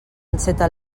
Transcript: enceta